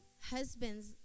husband's